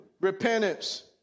repentance